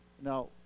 Now